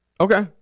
Okay